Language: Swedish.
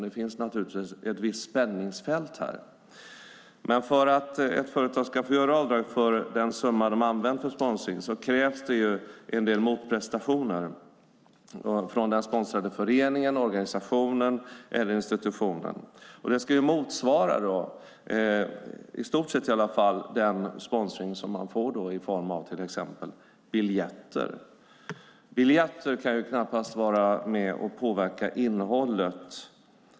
Det finns naturligtvis ett visst spänningsfält här. För att ett företag ska få göra avdrag för den summa de har använt för sponsring krävs det en del motprestationer från den sponsrade föreningen, organisationen eller institutionen. Det ska motsvara i stort sett den sponsring som man får i form av till exempel biljetter. Biljetter kan knappast vara med och påverka innehållet.